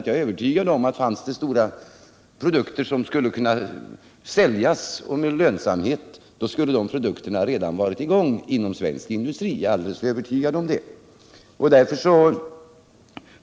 Jag är övertygad om att fanns det stora produkter som kunde säljas med lönsamhet skulle sådan produktion redan varit i gång inom den svenska industrin.